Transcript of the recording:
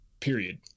period